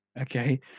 Okay